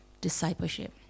discipleship